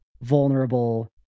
vulnerable